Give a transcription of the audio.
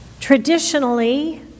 Traditionally